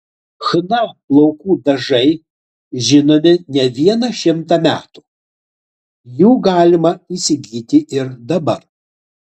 chna plaukų dažai žinomi ne vieną šimtą metų jų galima įsigyti ir dabar